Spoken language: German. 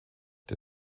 der